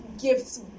gifts